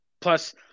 plus